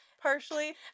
partially